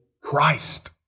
Christ